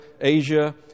Asia